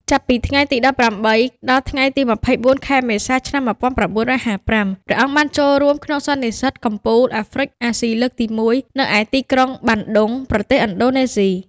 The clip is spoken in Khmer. ចាប់ពីថ្ងៃទី១៨ ដល់ថ្ងៃទី២៤ ខែមេសា ឆ្នាំ១៩៥៥ ព្រះអង្គបានចូលរួមក្នុងសន្និសីទកំពូលអាហ្វ្រិក-អាស៊ីលើកទី១ នៅឯទីក្រុង បាន់ឌុង ប្រទេសឥណ្ឌូនេស៊ី។